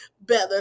better